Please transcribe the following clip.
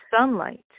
sunlight